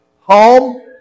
home